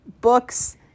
books